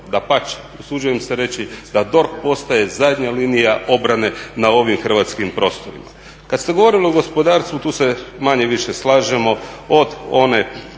Dapače, usuđujem se reći da DORH postaje zadnja linija obrane na ovim hrvatskim prostorima. Kad ste govorili o gospodarstvu, tu se manje-više slažemo, od one